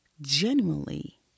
genuinely